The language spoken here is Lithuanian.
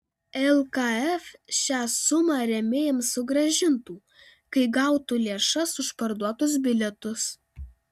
lkf šią sumą rėmėjams sugrąžintų kai gautų lėšas už parduotus bilietus